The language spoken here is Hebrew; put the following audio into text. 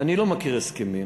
אני לא מכיר הסכמים.